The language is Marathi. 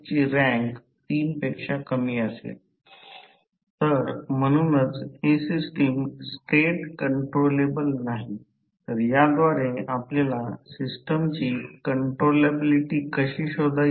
जर या दोन गोष्टी जर दोन्ही टप्प्यात असतील तर ही व्होल्टेज V2 आहे आणि ही प्रतिरोध I2 Re2 मध्ये व्होल्टेज ड्रॉप आहे